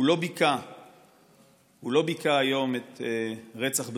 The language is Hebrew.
הוא לא ביכה היום את רצח בנו,